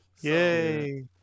Yay